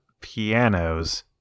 pianos